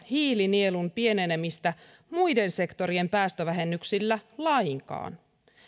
hiilinielun pienenemistä muiden sektorien päästövähennyksillä lainkaan